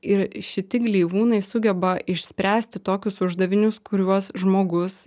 ir šiti gleivūnai sugeba išspręsti tokius uždavinius kuriuos žmogus